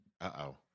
Uh-oh